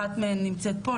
אחת מהן נמצאת פה,